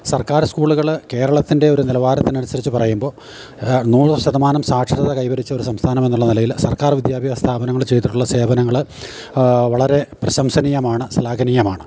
സർക്കാർ സ്കൂളുകൾ കേരളത്തിൻ്റെ ഒരു നിലവാരത്തിന് അനുസരിച്ച് പറയുമ്പോൾ നൂറ് ശതമാനം സാക്ഷരത കൈവരിച്ചൊരു സംസ്ഥാനം എന്നുള്ള നിലയിൽ സർക്കാർ വിദ്യാഭ്യാസ സ്ഥാപനങ്ങൾ ചെയ്തിട്ടുള്ള സേവനങ്ങൾ വളരെ പ്രശംസനീയമാണ് സ്ലാഹനീയമാണ്